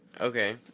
Okay